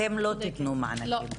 אתם לא תתנו מענקים.